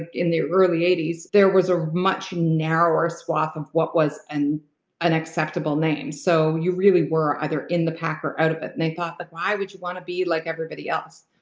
in the early eighty s, there was a much narrower swathe of what was an an acceptable name. so you really were either in the pack or out of it. and they thought, like why would you want to be like everybody else?